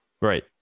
Right